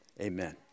amen